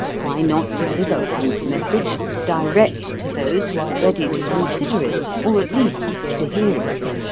why not deliver one's message direct to those who are ready to consider it or at least to hear it?